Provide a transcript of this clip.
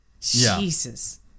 Jesus